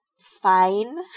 fine